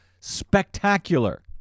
spectacular